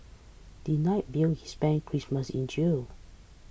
denied bail he spent Christmas in jail